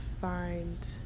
find